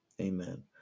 Amen